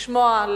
לשמוע,